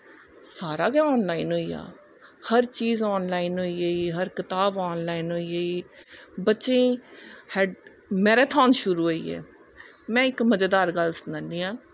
सारा गै ऑनलाईन होईया हर चीज़आन लाईन होई गेई हर चीज़ आन लाईन होई गेई बच्चें दे मैराथान शुरु होईये में इक मज़ेदार गल्ल सनानी आं